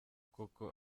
koko